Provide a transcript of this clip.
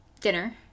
Dinner